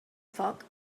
foc